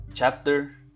Chapter